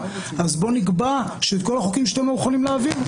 אז נקבע שאת כל החוקים שאתם לא מוכנים להעביר,